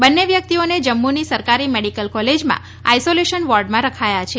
બંને વ્યકિતઓને જમ્મુની સરકારી મેડીકલ કોલેજમાં આઇસોલેશન વોર્ડમાં રખાયા છે